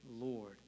Lord